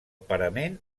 parament